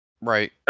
right